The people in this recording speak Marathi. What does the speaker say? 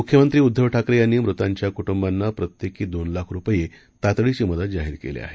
मुख्यमंत्री उद्दव ठाकरे यांनी मृतांच्या कुटुंबांना प्रत्येकी दोन लाख रुपये तातडीची मदत जाहीर केली आहे